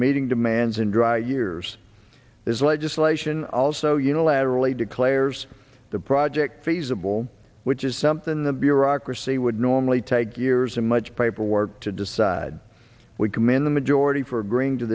meeting demands in dry years this legislation also unilaterally declares the project feasible which is something the bureau prosy would normally take years and much paperwork to decide we commend the majority for